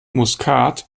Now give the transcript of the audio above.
muskat